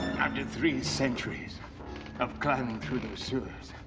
after three centuries of climbing through those sewers,